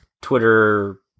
Twitter